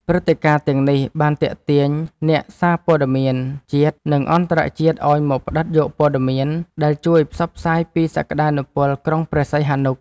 ព្រឹត្តិការណ៍ទាំងនេះបានទាក់ទាញអ្នកសារព័ត៌មានជាតិ និងអន្តរជាតិឱ្យមកផ្ដិតយកពត៌មាន ដែលជួយផ្សព្វផ្សាយពីសក្ដានុពលក្រុងព្រះសីហនុ។